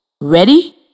Ready